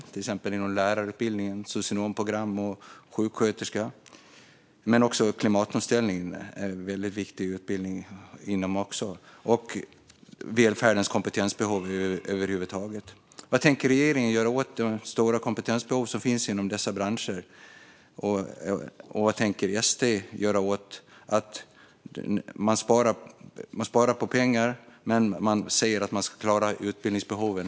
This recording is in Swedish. Det gäller till exempel lärarutbildningar, socionomprogram och sjuksköterskeutbildningar. Det finns också väldigt viktiga utbildningar inom klimatomställningen. Det handlar om välfärdens kompetensbehov över huvud taget. Vad tänker regeringen göra åt de stora kompetensbehov som finns inom dessa branscher, och vad tänker SD göra? Man sparar pengar men säger att man ändå ska klara utbildningsbehoven.